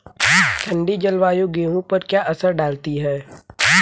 ठंडी जलवायु गेहूँ पर क्या असर डालती है?